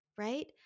right